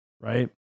right